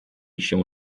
się